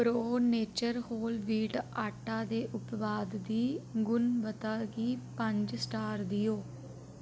pro nature whole wheat atta दे उत्पाद दी गुणवत्ता गी पंज स्टार देओ